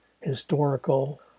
historical